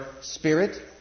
spirit